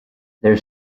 their